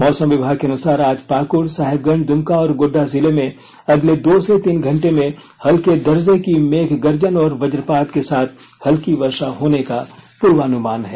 मौसम विभाग के अनुसार आज पाकड़ साहेबगंज दुमका और गोड्डा जिले में अगले दो से तीन घंटे में हल्के दर्जे की मेघगर्जन तथा वज्रपात के साथ हल्की वर्षा होने का पूर्वानुमान है